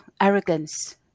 arrogance